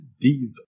diesel